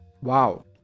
Wow